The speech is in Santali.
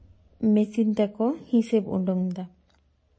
ᱢᱮᱥᱤᱱ ᱛᱮᱠᱚ ᱦᱤᱥᱟᱹᱵᱽ ᱩᱰᱩᱝᱫᱟ